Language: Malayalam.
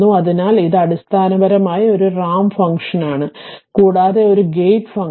അതിനാൽ ഇത് അടിസ്ഥാനപരമായി ഒരു റാമ്പ് ഫംഗ്ഷനാണ് കൂടാതെ ഒരു ഗേറ്റ് ഫംഗ്ഷൻ